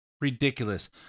Ridiculous